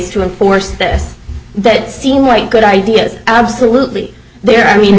a force that seem like good ideas absolutely there i mean